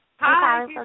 Hi